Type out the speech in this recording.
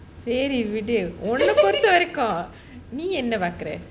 சரி விடு:sari vidu உன்ன பொறுத்த வரைக்கும் நீ என்ன பார்க்குற:unna porutha varaikkum nee enna paarkura